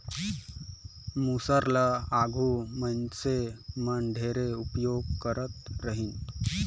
मूसर ल आघु मइनसे मन ढेरे उपियोग करत रहिन